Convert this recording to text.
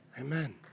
Amen